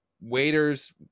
waiters